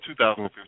2015